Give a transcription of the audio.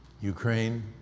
ukraine